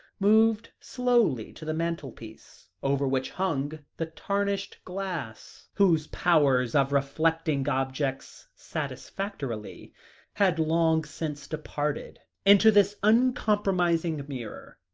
moved slowly to the mantel-piece, over which hung the tarnished glass whose powers of reflecting objects satisfactorily had long since departed. into this unpromising mirror,